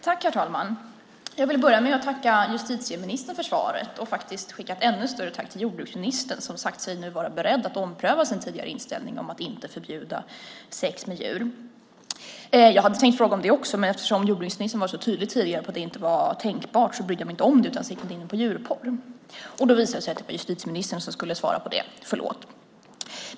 Herr talman! Jag vill börja med att tacka justitieministern för svaret och faktiskt skicka ett ännu större tack till jordbruksministern som nu sagt sig vara beredd att ompröva sin tidigare inställning om att inte förbjuda sex med djur. Jag hade tänkt fråga om det också, men eftersom jordbruksministern var så tydlig tidigare med att det inte var tänkbart brydde jag mig inte om det utan siktade in mig på djurporr. Då visade det sig att det var justitieministern som skulle svara på det. Förlåt.